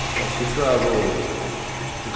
अन्त छिटो अब त्यो